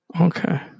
okay